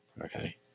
Okay